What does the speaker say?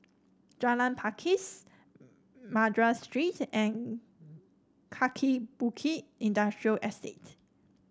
Jalan Pakis Madras Street and Kaki Bukit Industrial Estate